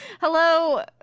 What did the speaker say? Hello